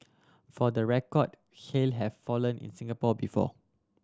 for the record hail have fallen in Singapore before